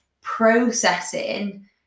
processing